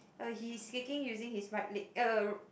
uh he is kicking using his right leg uh